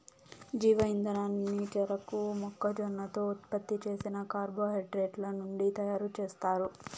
జీవ ఇంధనాన్ని చెరకు, మొక్కజొన్నతో ఉత్పత్తి చేసిన కార్బోహైడ్రేట్ల నుంచి తయారుచేస్తారు